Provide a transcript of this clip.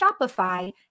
Shopify